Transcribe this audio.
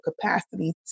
capacity